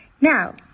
Now